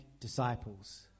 disciples